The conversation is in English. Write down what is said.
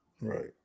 Right